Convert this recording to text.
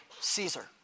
Caesar